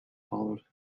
followed